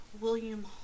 William